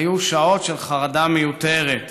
היו שעות של חרדה מיותרת.